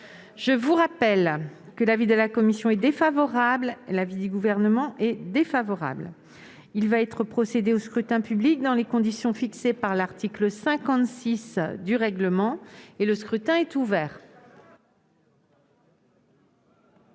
Je rappelle que l'avis de la commission est défavorable et que celui du Gouvernement est favorable. Il va être procédé au scrutin dans les conditions fixées par l'article 56 du règlement. Le scrutin est ouvert.